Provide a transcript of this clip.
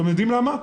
למה?